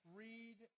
read